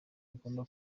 agomba